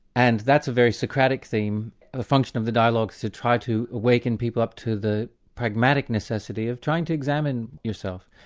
and that's a very socratic ah function of the dialogue is to try to awaken people up to the pragmatic necessity of trying to examine yourself.